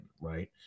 Right